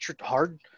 hard